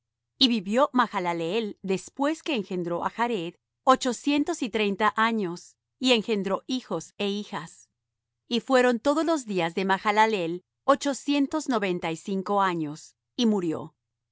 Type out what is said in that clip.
y vivió mahalaleel después que engendró á jared ochocientos y treinta años y engendró hijos é hijas y fueron todos los días de mahalaleel ochocientos noventa y cinco años y murió